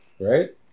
right